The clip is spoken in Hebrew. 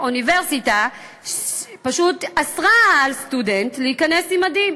אוניברסיטה פשוט אסרה על סטודנט להיכנס עם מדים.